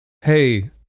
hey